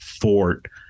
fort